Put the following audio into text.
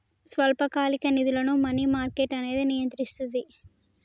స్వల్పకాలిక నిధులను money market అనేది నియంత్రిస్తది